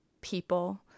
people